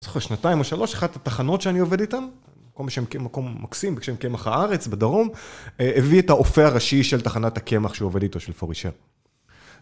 זוכר שנתיים או שלוש אחת הטחנות שאני עובד איתן, מקום מקסים בשם קמח הארץ בדרום, הביא את האופה ראשי של טחנת הקמח שעובד איתו של פורישל.